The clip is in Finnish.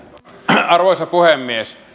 arvoisa puhemies